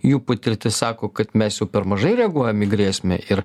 jų patirtis sako kad mes jau per mažai reaguojam į grėsmę ir